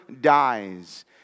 dies